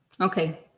okay